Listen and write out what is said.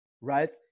right